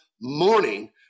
morning